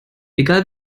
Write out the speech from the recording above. egal